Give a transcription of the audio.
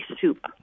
soup